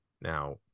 Now